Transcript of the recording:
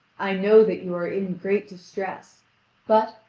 i know that you are in great distress but,